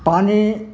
पानि